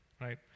right